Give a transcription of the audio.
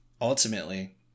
ultimately